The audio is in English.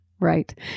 Right